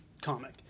comic